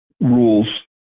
rules